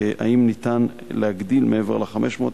אם ניתן להגדיל מעבר ל-500.